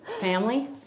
family